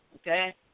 Okay